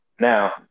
Now